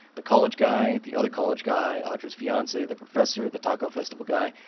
the college guy, the other college guy, audra's fiance, the professor, the taco festival guy,